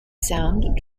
sound